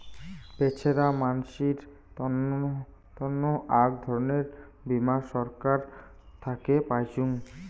বেছেরা মানসির তন্ন আক ধরণের বীমা ছরকার থাকে পাইচুঙ